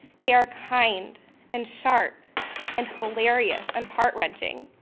they are kind and sharp and hilarious and heart-wrenching.